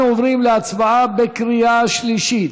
אנחנו עוברים להצבעה בקריאה שלישית.